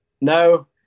No